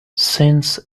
since